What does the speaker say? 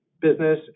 business